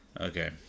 Okay